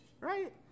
Right